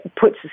puts